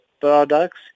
products